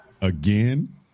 again